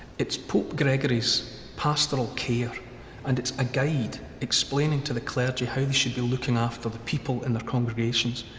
it's pope gregory's pastoral care and it's a guide explaining to the clergy how should be looking after the people in their congregations.